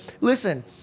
Listen